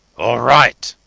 all right.